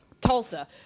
Tulsa